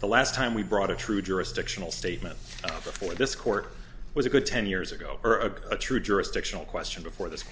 the last time we brought a true jurisdictional statement up before this court was a good ten years ago or a a true jurisdictional question before this